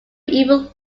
even